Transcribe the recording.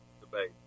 debate